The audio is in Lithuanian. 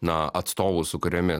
na atstovų sukuriami